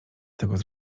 teraz